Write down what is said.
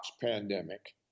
pandemic